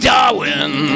Darwin